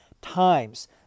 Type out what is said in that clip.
times